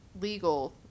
legal